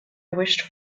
wished